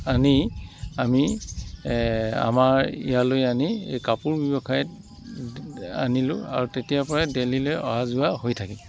আনি আমি আমাৰ ইয়ালৈ আনি কাপোৰ ব্যৱসায়ত আনিলোঁ আৰু তেতিয়াৰপৰাই দেলহিলৈ অহা যোৱা হৈ থাকে